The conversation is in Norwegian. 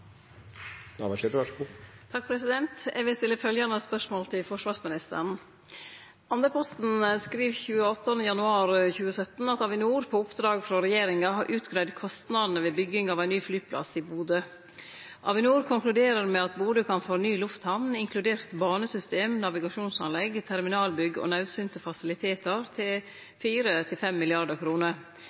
til forsvarsministeren: «Andøyposten skriv 28. januar 2017 at Avinor, på oppdrag frå regjeringa, har utgreidd kostnadane ved bygginga av ein ny flyplass i Bodø. Avinor konkluderer med at Bodø kan få ny lufthamn, inkludert banesystem, navigasjonsanlegg, terminalbygg og naudsynte fasilitetar til